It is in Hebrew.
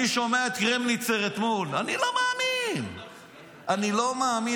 אני שומע את קרמניצר אתמול, אני לא מאמין.